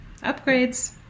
Upgrades